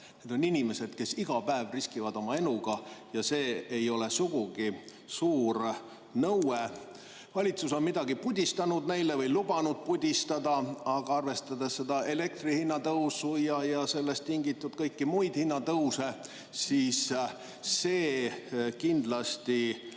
Need on inimesed, kes iga päev riskivad oma eluga, ja see ei ole sugugi suur nõue. Valitsus on lubanud neile midagi pudistada, aga arvestades elektri hinna tõusu ja sellest tingitud kõiki muid hinnatõuse – see kindlasti